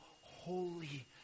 holy